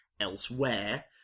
elsewhere